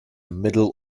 middle